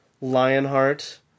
Lionheart